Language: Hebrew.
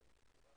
לרבע